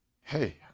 Hey